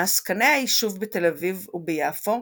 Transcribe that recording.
מעסקני היישוב בתל אביב וביפו,